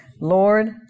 Lord